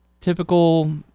typical